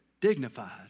dignified